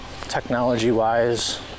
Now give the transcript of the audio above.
technology-wise